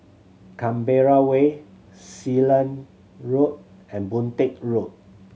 Canberra Way Sealand Road and Boon Teck Road